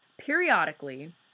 periodically